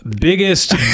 biggest